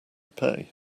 pay